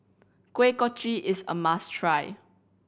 Kuih Kochi is a must try